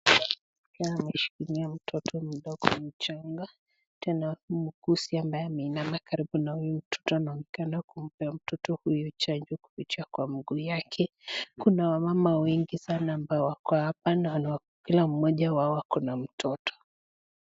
Pia ameshikilia mtoto mdogo mchanga, tena muuguzi ambaye ameinama karibu na huyu mtoto anaonekana kumpea mtoto huyu chanjo kupitia kwa mguu yake, kuna wamama wengi sana ambao wako hapa na kila mmoja wao ako na mtoto.